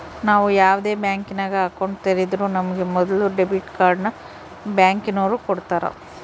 ನಾವು ಯಾವ್ದೇ ಬ್ಯಾಂಕಿನಾಗ ಅಕೌಂಟ್ ತೆರುದ್ರೂ ನಮಿಗೆ ಮೊದುಲು ಡೆಬಿಟ್ ಕಾರ್ಡ್ನ ಬ್ಯಾಂಕಿನೋರು ಕೊಡ್ತಾರ